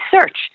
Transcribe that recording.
search